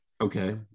Okay